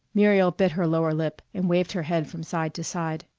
muriel bit her lower lip and waved her head from side to side.